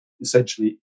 essentially